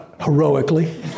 heroically